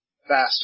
faster